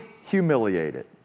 humiliated